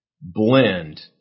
blend